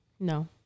No